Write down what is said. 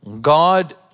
God